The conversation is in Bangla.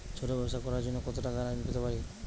ছোট ব্যাবসা করার জন্য কতো টাকা ঋন পেতে পারি?